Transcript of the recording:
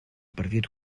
partit